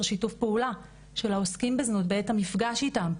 שיתוף הפעולה של העוסקים בזנות בעת המפגש איתם.